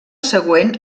següent